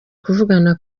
kuvugana